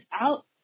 out